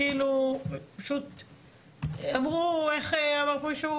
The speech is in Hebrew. אנחנו נחליט איך אנחנו מכניסים